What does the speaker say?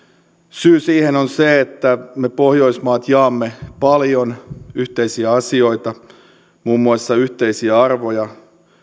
syy siihen on se että me pohjoismaat jaamme paljon yhteisiä asioita muun muassa yhteisiä arvoja